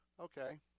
Okay